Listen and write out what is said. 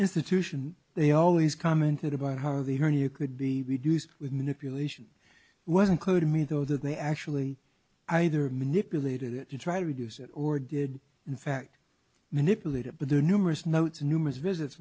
institution they always commented about how the her new could be reduced with manipulation was included me though that they actually either manipulated it to try to reduce it or did in fact manipulate it but there are numerous notes numerous visits